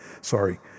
sorry